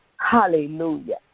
hallelujah